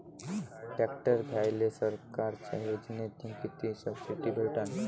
Tractor घ्यायले सरकारच्या योजनेतून किती सबसिडी भेटन?